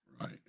right